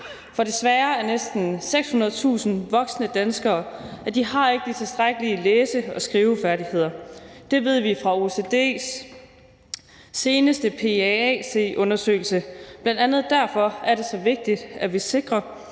For desværre har næsten 600.000 voksne danskere ikke de tilstrækkelige læse- og skrivefærdigheder. Det ved vi fra OECD's seneste PIAAC-undersøgelse. Bl.a. derfor er det så vigtigt, at vi sikrer